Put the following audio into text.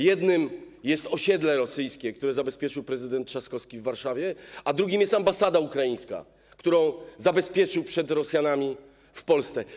Jednym jest osiedle rosyjskie, które zabezpieczył prezydent Trzaskowski w Warszawie, a drugim jest ambasada ukraińska, którą zabezpieczył przed Rosjanami w Polsce.